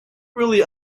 really